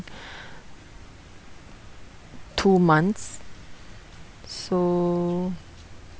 two months so